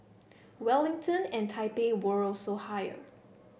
Wellington and Taipei were also higher